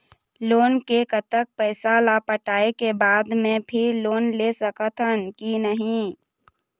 Loan के कतक पैसा ला पटाए के बाद मैं फिर लोन ले सकथन कि नहीं?